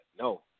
No